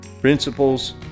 Principles